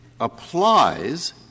applies